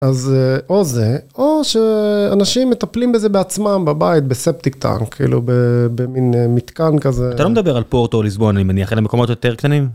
- אז או זה, או שאנשים מטפלים בזה בעצמם בבית ב-septic tank כאילו במין מתקן כזה. - אתה לא מדבר על פורטו או ליסבון, אני מניח, אלא על למקומות יותר קטנים?